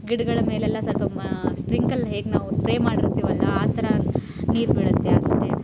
ಗಿಡಗಳ ಮೇಲೆಲ್ಲ ಸ್ವಲ್ಪ ಮ ಸ್ಪ್ರಿಂಕಲ್ ಹೇಗೆ ನಾವು ಸ್ಪ್ರೇ ಮಾಡಿರ್ತೀವಲ್ಲ ಆ ಥರ ನೀರು ಬೀಳುತ್ತೆ ಅಷ್ಟೇ